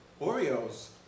Oreos